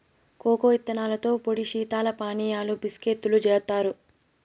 cocoa ఇత్తనాలతో పొడి శీతల పానీయాలు, బిస్కేత్తులు జేత్తారు